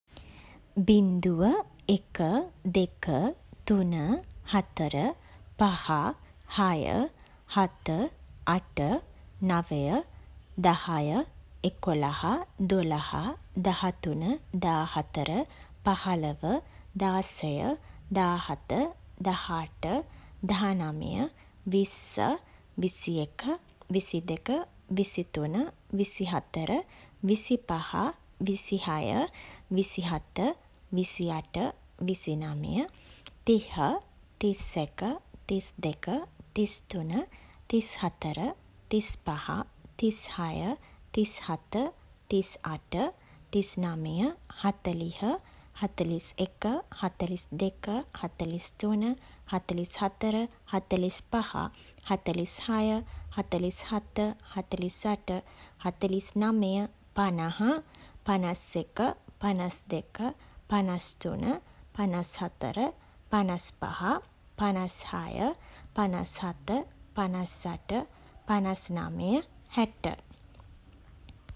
බිංදුව එක දෙක තුන හතර පහ හය හත අට නවය දහය එකොළහ දොළහ දහතුන දාහතර පහළව දාසය දාහත දහඅට දහනවය විස්ස විසි එක විසි දෙක විසි තුන විසි හතර විසි පහ විසි හය විසි හත විසි අට විසි නවය තිහ තිස් එක තිස් දෙක තිස් තුන තිස් හතර තිස් පහ තිස් හය තිස් හත තිස් අට තිස් නවය හතළිහ හතළිස් එක හතළිස් දෙක හතළිස් තුන හතළිස් හතර හතළිස් පහ හතළිස් හය හතළිස් හත හතළිස් අට හතළිස් නවය පනහ පනස් එක පනස් දෙක පනස් තුන පනස් හතර පනස් පහ පනස් හය පනස් හත පනස් අට පනස් නවය හැට